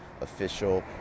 official